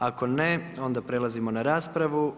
Ako ne, onda prelazimo na raspravu.